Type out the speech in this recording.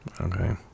okay